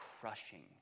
crushing